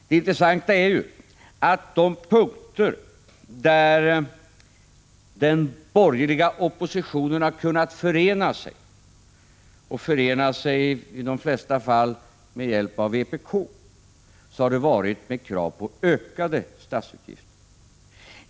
Det intressanta är att i de fall där den borgerliga oppositionen har kunnat ena sig— oftast med hjälp av vänsterpartiet kommunisterna — har det gällt krav på ökade statsutgifter.